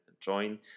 join